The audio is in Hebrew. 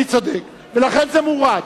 אני צודק, ולכן זה מורד.